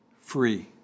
free